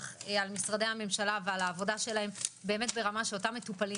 משרדי הממשלה ועל העבודה שלהם ברמה שאותם מטופלים